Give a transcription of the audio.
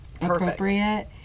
appropriate